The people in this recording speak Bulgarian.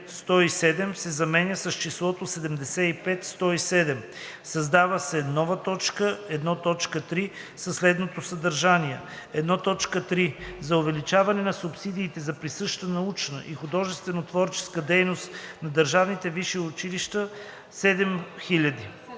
107,0“ се заменя с числото „75 107,0“; Създава се нова точка 1.3. със следното съдържание: „1.3. За увеличаване на субсидиите за присъща научна и художествено-творческа дейност на държавните висши училища –7